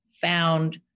found